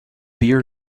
beer